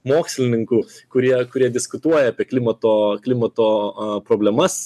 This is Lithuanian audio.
mokslininkų kurie kurie diskutuoja apie klimato klimato a problemas